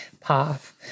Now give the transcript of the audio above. path